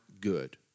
good